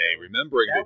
Remembering